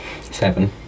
Seven